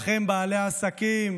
לכם, בעלי העסקים,